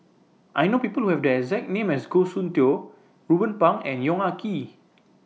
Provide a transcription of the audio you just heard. I know People Who Have The exact name as Goh Soon Tioe Ruben Pang and Yong Ah Kee